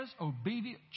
obedient